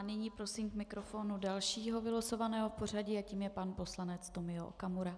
Nyní prosím k mikrofonu dalšího vylosovaného v pořadí a tím je pan poslanec Tomio Okamura.